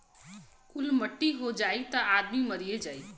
कुल मट्टी हो जाई त आदमी मरिए जाई